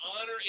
honor